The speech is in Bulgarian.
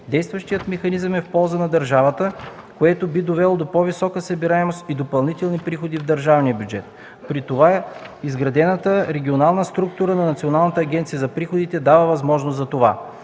Действащият механизъм е в полза на държавата, което би довело до по-висока събираемост и допълнителни приходи в държавния бюджет. При това изградената регионална структура на НАП дава възможности за това.